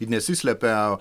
ir nesislepia